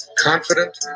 confident